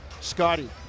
scotty